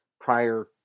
prior